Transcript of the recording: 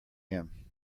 him